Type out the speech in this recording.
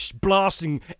blasting